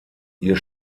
ihr